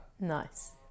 nice